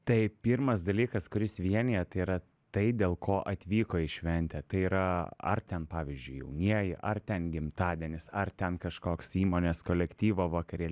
tai pirmas dalykas kuris vienija tai yra tai dėl ko atvyko į šventę tai yra ar ten pavyzdžiui jaunieji ar ten gimtadienis ar ten kažkoks įmonės kolektyvo vakarėli